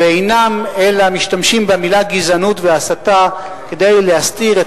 ואינם אלא משתמשים במלים "גזענות" ו"הסתה" כדי להסתיר את